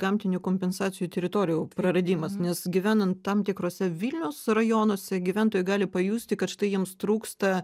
gamtinių kompensacijų teritorijų praradimas nes gyvenan tam tikrose vilniaus rajonuose gyventojai gali pajusti kad štai jiems trūksta